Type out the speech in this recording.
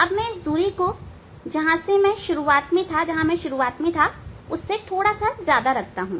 अब मैं इस दूरी को जहां मैं शुरुआत में था उससे थोड़ा ज्यादा रखता हूं